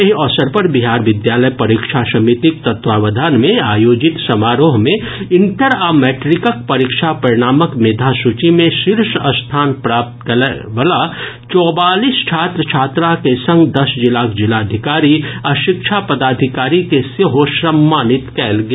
एहि अवसर पर बिहार विद्यालय परीक्षा समितिक तत्वावधान मे आयोजित समारोह मे इंटर आ मैट्रिकक परीक्षा परिणामक मेधा सूची मे शीर्ष स्थान प्राप्त करय वला चौवालीस छात्र छात्रा के संग दस जिलाक जिलाधिकारी आ शिक्षा पदाधिकारी के सेहो सम्मानित कयल गेल